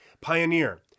pioneer